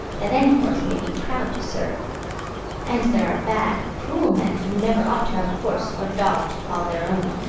that any horse may be proud to serve and there are bad, cruel men, who never ought to have a horse or dog to call their own.